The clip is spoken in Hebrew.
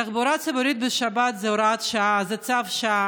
תחבורה ציבורית בשבת היא הוראת שעה, צו שעה.